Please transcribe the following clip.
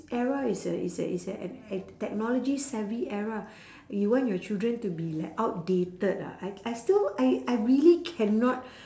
era is a is a is a ad~ ad~ technology savvy era you want your children to be like outdated ah I I still I I really cannot